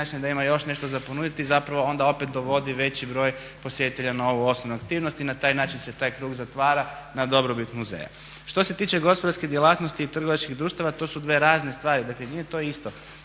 načine i da ima još nešto za ponuditi i zapravo onda opet dovodi veći broj posjetitelja na ovu osnovnu aktivnost. I na taj način se taj krug zatvara na dobrobit muzeja. Što se tiče gospodarske djelatnosti i trgovačkih društva to su dvije različite stvari, dakle nije to isto.